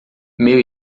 meu